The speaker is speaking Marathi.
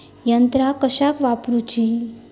यंत्रा कशाक वापुरूची?